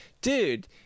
dude